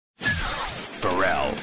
Pharrell